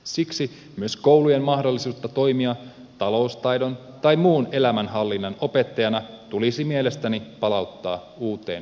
siksi myös koulujen mahdollisuus toimia taloustaidon tai muun elämänhallinnan opettajana tulisi mielestäni palauttaa uuteen kunniaan